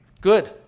Good